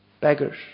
Beggars